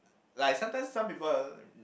like sometimes some people